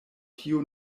tiu